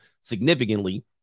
significantly